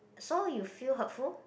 so you feel hurtful